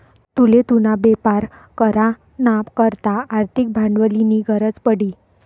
तुले तुना बेपार करा ना करता आर्थिक भांडवलनी गरज पडी